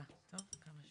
בוקר טוב לכולם, תודה